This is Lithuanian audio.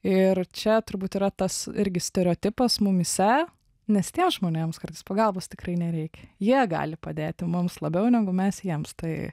ir čia turbūt yra tas irgi stereotipas mumyse nes tiems žmonėms kartais pagalbos tikrai nereikia jie gali padėti mums labiau negu mes jiems tai